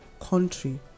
country